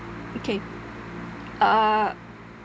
okay uh